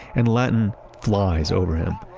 and latin flies over him.